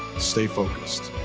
stay focused.